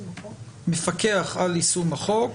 מפקח על יישום החוק,